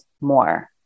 more